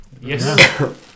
Yes